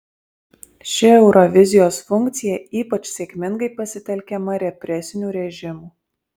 ši eurovizijos funkcija ypač sėkmingai pasitelkiama represinių režimų